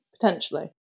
Potentially